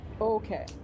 Okay